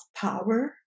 power